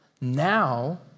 Now